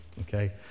okay